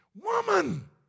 Woman